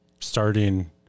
starting